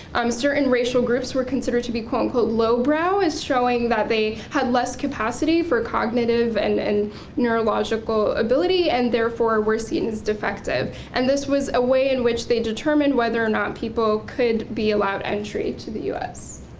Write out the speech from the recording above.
um certain racial groups were considered to be quote unquote lowbrow as showing that they had less capacity for cognitive and and neurological ability and therefore were seen as defective, and this was a way in which they determined whether or not people could be allowed entry to the u s.